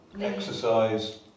Exercise